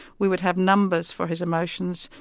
we would have numbers for his emotions,